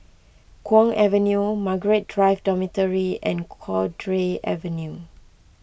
Kwong Avenue Margaret Drive Dormitory and Cowdray Avenue